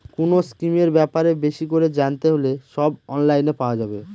কোনো স্কিমের ব্যাপারে বেশি করে জানতে হলে সব অনলাইনে পাওয়া যাবে